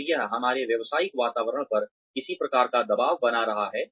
और यह हमारे व्यावसायिक वातावरण पर किसी प्रकार का दबाव बना रहा है